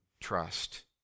trust